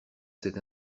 cet